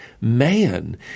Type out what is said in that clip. man